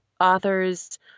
authors